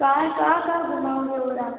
वहाँ कहाँ कहाँ घूमाओगे और आप